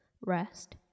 rest